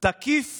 / תקיף